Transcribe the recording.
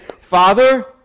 Father